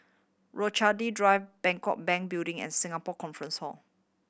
Rochalie Drive Bangkok Bank Building and Singapore Conference Hall